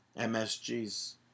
MSG's